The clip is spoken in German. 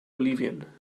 bolivien